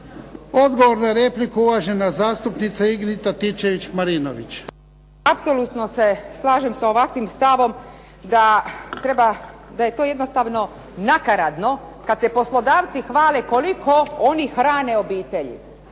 Odgovor na repliku, uvažen zastupnica Ingrid Antičević Marinović. **Antičević Marinović, Ingrid (SDP)** Apsolutno se slažem sa ovakvim stavom da treba, da je to jednostavno nakaradno kad se poslodavci hvale koliko oni hrane obitelji,